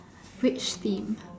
which team